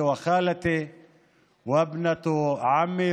דודתי מצד האב,